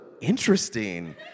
interesting